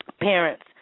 Parents